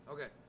Okay